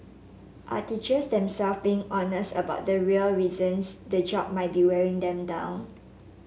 are teachers themselves being honest about the real reasons the job might be wearing them down